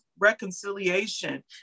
reconciliation